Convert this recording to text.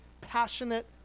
passionate